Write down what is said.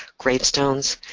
gravestones,